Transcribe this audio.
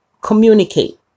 communicate